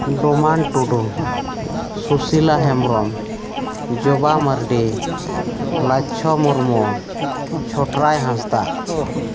Doman Tudu Sushila Hembrom Joba Mardi Lachho Murmu Chhotray Hansda